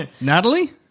Natalie